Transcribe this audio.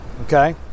okay